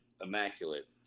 immaculate